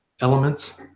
elements